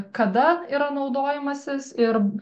kada yra naudojamasis ir